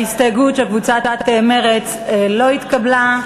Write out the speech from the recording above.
ההסתייגות של קבוצת מרצ לא התקבלה.